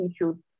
issues